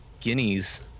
Guinea's